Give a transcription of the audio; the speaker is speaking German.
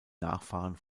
nachfahren